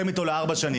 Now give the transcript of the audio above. כיושב ראש איגוד,